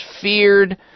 feared